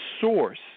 source